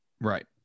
right